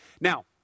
Now